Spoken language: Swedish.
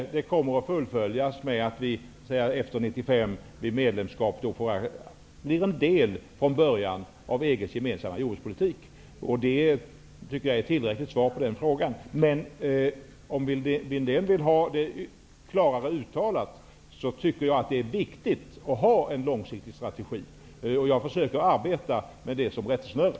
Det kommer att fullföljas med att vi efter ett medlemskap 1995 blir en del av EG:s gemensamma jordbrukspolitik. Det tycker jag är ett tillräckligt svar på den frågan. Men om Christer Windén vill ha det klarare uttalat, tycker jag att det är viktigt att ha en långsiktig strategi. Jag försöker arbeta med det som rättesnöre.